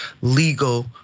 legal